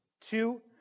Two